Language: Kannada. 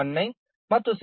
24ಗೆ ಸಮಾನವಾಗಿರುತ್ತದೆ